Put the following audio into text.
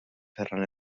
ferran